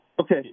Okay